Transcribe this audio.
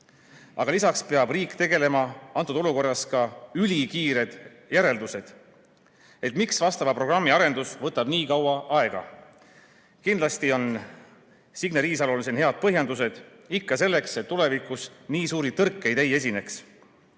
Aga lisaks peab riik tegema praeguses olukorras ülikiired järeldused, miks võtab vastava programmi arendus nii kaua aega. Kindlasti on Signe Riisalol siin head põhjendused, ikka selleks, et tulevikus nii suuri tõrkeid ei esineks.